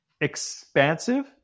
Expansive